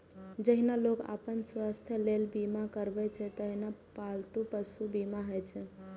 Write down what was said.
जहिना लोग अपन स्वास्थ्यक लेल बीमा करबै छै, तहिना पालतू पशुक बीमा होइ छै